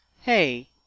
Hey